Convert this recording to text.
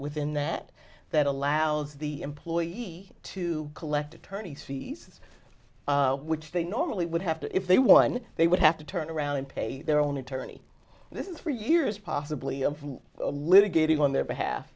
within that that allows the employee to collect attorney's fees which they normally would have to if they won they would have to turn around and pay their own attorney this is for years possibly a litigator on their behalf